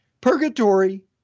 Purgatory